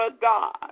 God